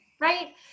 right